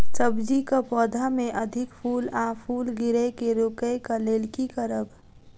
सब्जी कऽ पौधा मे अधिक फूल आ फूल गिरय केँ रोकय कऽ लेल की करब?